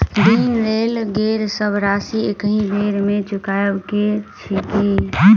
ऋण लेल गेल सब राशि एकहि बेर मे चुकाबऽ केँ छै की?